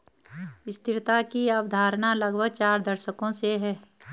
स्थिरता की अवधारणा लगभग चार दशकों से है